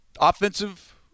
offensive